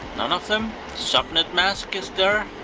none of them subnet mask is there.